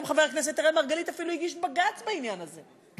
גם חבר הכנסת אראל מרגלית אפילו הגיש בג"ץ בעניין הזה.